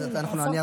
אני לא